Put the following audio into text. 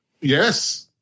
yes